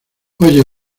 oye